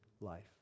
life